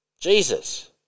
Jesus